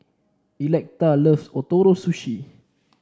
Electa loves Ootoro Sushi